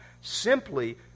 simply